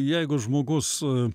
jeigu žmogus